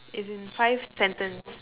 as in five sentence